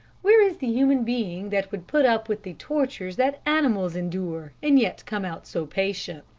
where is the human being that would put up with the tortures that animals endure and yet come out so patient?